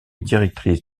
directrice